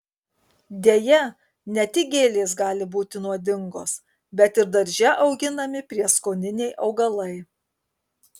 deja ne tik gėlės gali būti nuodingos bet ir darže auginami prieskoniniai augalai